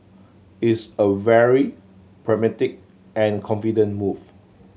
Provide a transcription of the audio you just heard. it's a very pragmatic and confident move